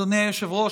אדוני היושב-ראש,